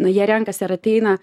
nu jie renkasi ar ateina